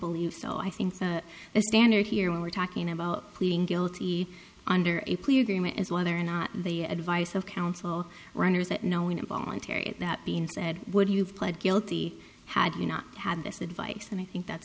believe so i think a standard here when we're talking about pleading guilty under a plea agreement is whether or not the advice of counsel runners that knowing involuntary that being said would you have pled guilty had you not had this advice then i think that's